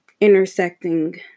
intersecting